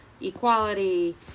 equality